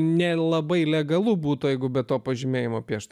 nelabai legalu būtų jeigu be to pažymėjimo piešti